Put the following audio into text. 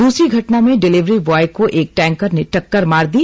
दूसरी घटना में डिलीवरी ब्वॉय को एक टैंकर ने टक्कर मार दी